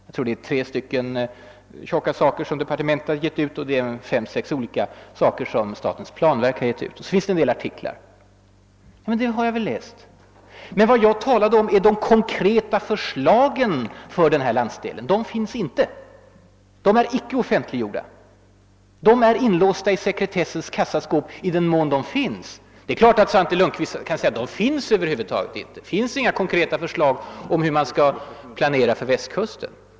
Jag tror att departementet givit ut tre tjocka luntor och att fem eller sex har kommit från statens planverk. Dessutom finns det en del artiklar. Allt detta material har jag tagit del av. Men vad jag talade om var de konkreta förslagen för denna landsdel. Några sådana är inte offentliggjorda. De är inlåsta i sekretessens kassaskåp, i den mån de finns. Det är klart att Svante Lundkvist då kan säga ait det över huvud taget inte finns några konkreta förslag om hur man skall planera för Västkusten.